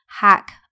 hack